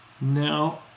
now